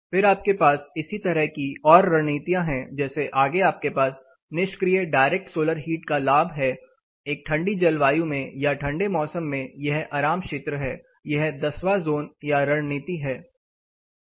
फिर आपके पास इस तरह की और रणनीतियाँ हैं जैसे आगे आपके पास निष्क्रिय डायरेक्ट सौलर हीट का लाभ है एक ठंडी जलवायु में या ठंडे मौसम में यह आराम क्षेत्र है यह दसवां जोन या रणनीति है